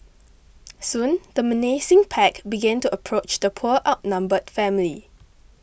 soon the menacing pack began to approach the poor outnumbered family